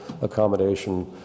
accommodation